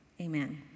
amen